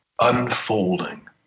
unfolding